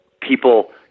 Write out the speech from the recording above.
people